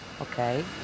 Okay